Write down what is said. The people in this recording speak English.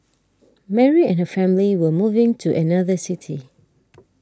Mary and her family were moving to another city